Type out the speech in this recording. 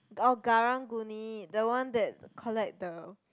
orh Karang-Guni the one that collect the